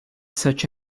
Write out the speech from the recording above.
such